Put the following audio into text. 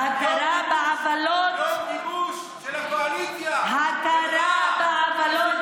יום גיבוש של הקואליציה, של רע"מ.